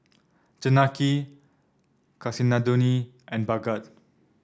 Janaki Kasinadhuni and Bhagat